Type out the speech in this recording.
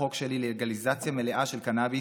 ודורש שישראל תוביל את השוק העולמי כמעצמת קנביס.